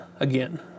again